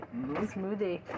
smoothie